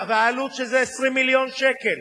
והעלות של זה, 20 מיליון שקל,